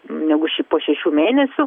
negu ši po šešių mėnesių